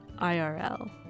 IRL